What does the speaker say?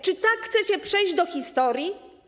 Czy tak chcecie przejść do historii?